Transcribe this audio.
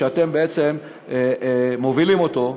שאתם בעצם מובילים אותו,